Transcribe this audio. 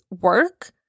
work